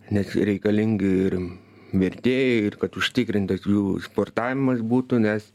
nes reikalingi ir vertėjai ir kad užtikrintas jų sportavimas būtų nes